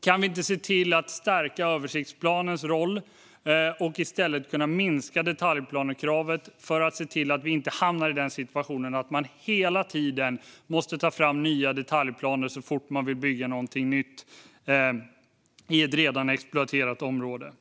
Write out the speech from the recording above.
Kan vi inte se till att stärka översiktsplanens roll och i stället minska detaljplanekravet? Då skulle vi se till att man inte hela tiden hamnar i situationen att behöva ta fram nya detaljplaner så fort någon vill bygga något nytt i ett redan exploaterat område.